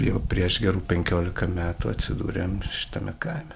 jau prieš gerų penkiolika metų atsidūrėm šitame kaime